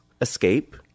Escape